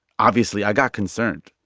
obviously, i got concerned.